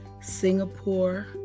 Singapore